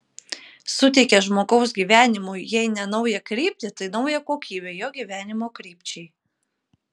suteikia žmogaus gyvenimui jei ne naują kryptį tai naują kokybę jo gyvenimo krypčiai